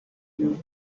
you